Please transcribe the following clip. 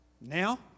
now